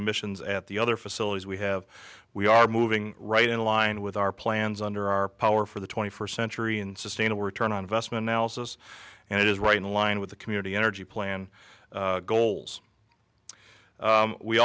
emissions at the other facilities we have we are moving right in line with our plans under our power for the twenty first century and sustainable return on investment houses and it is right in line with the community energy plan goals